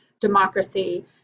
democracy